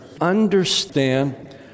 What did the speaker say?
understand